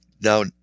now